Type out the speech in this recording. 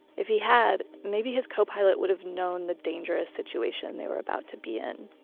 if he had, maybe his co-pilot would have known the dangerous situation they were about to be in